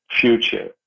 future